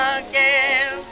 again